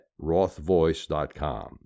rothvoice.com